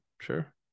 Sure